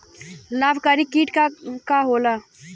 लाभकारी कीट का होला?